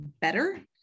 better